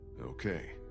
Okay